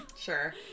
sure